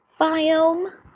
biome